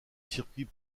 circuit